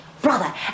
brother